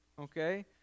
Okay